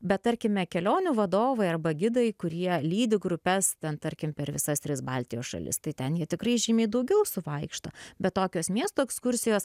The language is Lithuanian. bet tarkime kelionių vadovai arba gidai kurie lydi grupes ten tarkim per visas tris baltijos šalis tai ten jie tikrai žymiai daugiau suvaikšto bet tokios miesto ekskursijos